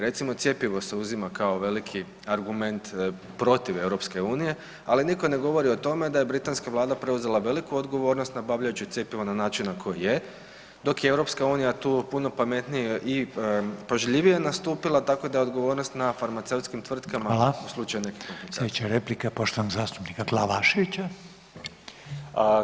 Recimo cjepivo se uzima kao veliki argument protiv EU, ali niko ne govori o tome da je britanska vlada preuzela veliku odgovornost nabavljajući cjepivo na način na koji je, dok je EU tu puno pametnije i pažljivije nastupila tako da je odgovornost na farmaceutskim tvrtkama u slučaju nekih